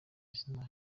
izina